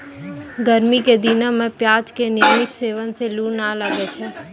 गर्मी के दिनों मॅ प्याज के नियमित सेवन सॅ लू नाय लागै छै